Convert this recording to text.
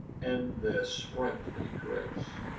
and their sprightly grace,